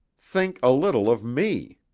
think a little of me.